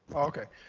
okay.